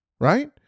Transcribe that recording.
right